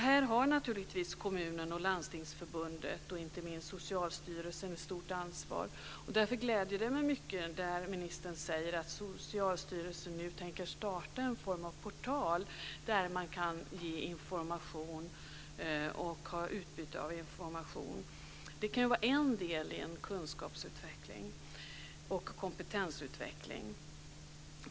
Här har kommunen, Landstingsförbundet och inte minst Socialstyrelsen ett stort ansvar. Därför gläder det mig mycket att ministern säger att Socialstyrelsen nu tänker starta en form av portal där man kan ge information och ha utbyte av information. Det kan vara en del i en kunskapsutveckling och kompetensutveckling.